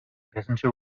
passenger